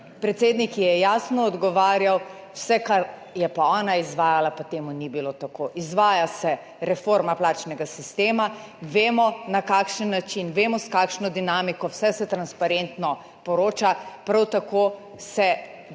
Predsednik ji je jasno odgovarjal, v vsem, kar je ona izvajala, pa to ni bilo tako. Izvaja se reforma plačnega sistema, vemo, na kakšen način, vemo, s kakšno dinamiko, vse se transparentno poroča, prav tako se dela